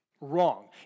Wrong